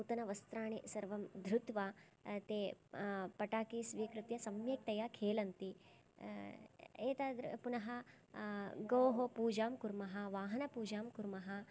नूतनवस्त्राणि सर्वं धृत्वा ते पटाके स्वीकृत्य सम्यक्तया खेलन्ति एतत् पुनः गोः पूजां कुर्मः वाहनपूजां कुर्मः